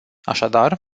așadar